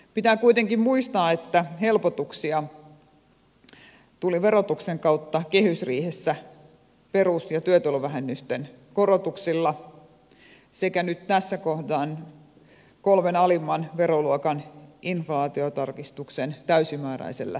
pitää kuitenkin muistaa että helpotuksia tuli verotuksen kautta kehysriihessä perus ja työtulovähennysten korotuksilla sekä nyt tässä kohden kolmen alimman veroluokan inflaatiotarkistuksen täysimääräisellä tekemisellä